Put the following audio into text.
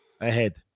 ahead